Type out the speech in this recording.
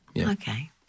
Okay